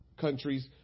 countries